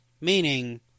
Meaning